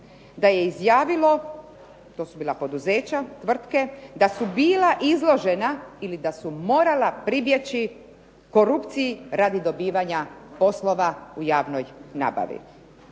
da je izjavilo, to su bila poduzeća, tvrtke, da su bila izložena ili da su morala pribjeći korupciji radi dobivanja poslova u javnoj nabavi.